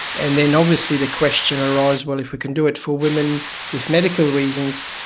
and then obviously the question arose, well, if we can do it for women with medical reasons,